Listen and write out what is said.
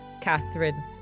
Catherine